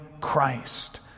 Christ